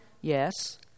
Yes